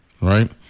right